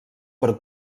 per